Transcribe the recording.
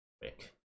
quick